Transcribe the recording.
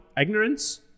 ignorance